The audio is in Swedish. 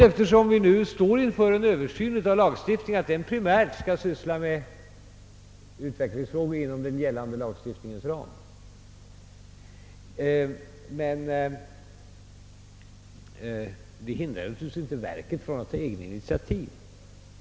Eftersom vi nu står inför en översyn av lagstiftningen är det naturligt att denna byrå primärt skall syssla med utvecklingsfrågor inom den gällande lagstiftningens ram. Detta hindrar självfallet inte verket från att ta egna initiativ.